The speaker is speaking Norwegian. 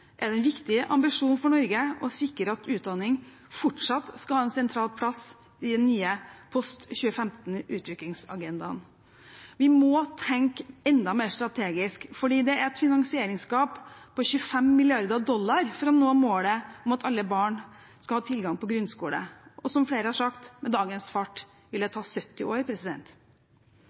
er det en viktig ambisjon for Norge å sikre at utdanning fortsatt skal ha en sentral plass i Post-2015-utviklingsagendaen. Vi må tenke enda mer strategisk, fordi det er et finansieringsgap på 25 mrd. dollar for å nå målet om at alle barn skal ha tilgang på grunnskole. Og som flere har sagt, med dagens fart vil det